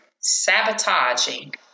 Sabotaging